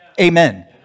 Amen